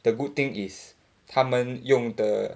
the good thing is 他们用的